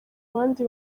abandi